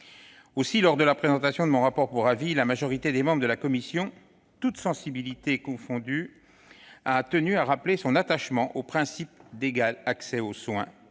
Aussi, lors de la présentation de mon rapport pour avis, la majorité des membres de la commission, toutes sensibilités politiques confondues, a tenu à rappeler son attachement au principe d'égal accès aux soins,